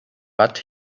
but